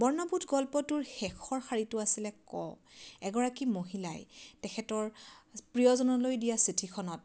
বৰ্ণবোধ গল্পটোৰ শেষৰ শাৰীটো আছিলে ক এগৰাকী মহিলাই তেখেতৰ প্ৰিয়জনলৈ দিয়া চিঠিখনত